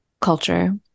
culture